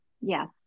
Yes